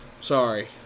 Sorry